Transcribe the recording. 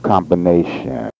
Combination